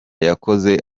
yakoze